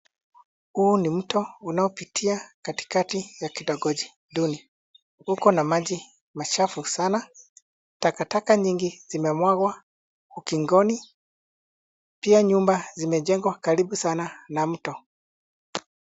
Huu ni mto, unaopitia kati ya kitongoji duni, ukona maji machafu sana, takataka nyingi zimemwangwa ukingoni, pia nyumba zimejengwa karibu sana na mto.